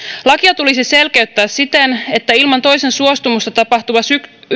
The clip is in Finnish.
lakia tulisi selkeyttää siten että ilman toisen suostumusta tapahtuva